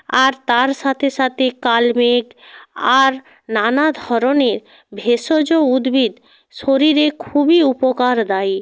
আর তার সাথে সাথে কালমেঘ আর নানা ধরনের ভেষজ উদ্ভিদ শরীরে খুবই উপকারদায়ী